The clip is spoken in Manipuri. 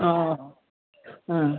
ꯑꯧ ꯑꯥ